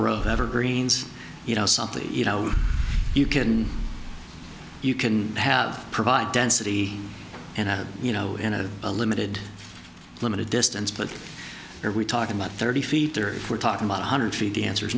of evergreens you know something you know you can you can have provide density and you know in a limited limited distance but are we talking about thirty feet or if we're talking about one hundred feet the answer is